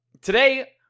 Today